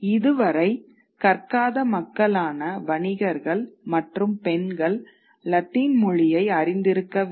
இதுவரை கற்காத மக்களான வணிகர்கள் மற்றும் பெண்கள்லத்தின் மொழியை அறிந்திருக்கவில்லை